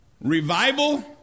revival